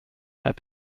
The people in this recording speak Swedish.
herr